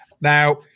Now